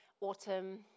Autumn